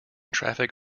traffic